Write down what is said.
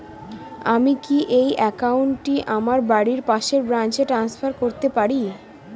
আমি কি এই একাউন্ট টি আমার বাড়ির পাশের ব্রাঞ্চে ট্রান্সফার করতে পারি?